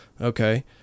Okay